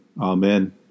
Amen